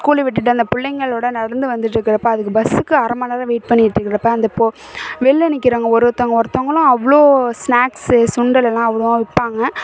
school விட்டுட்டு அந்த பிள்ளைங்களோட நடந்து வந்துட்டு இருக்கிறப்ப அதுக்கு பஸ்ஸுக்கு அரை மணி நேரம் வெயிட் பண்ணிட்டு இருக்கிறப்ப அந்த போ வெளில நிற்கிறவங்க ஒரு ஒருத்தங்க ஒருத்தங்களும் அவ்வளோ ஸ்னாக்ஸு சுண்டலெல்லாம் அவ்வளோ விற்பாங்க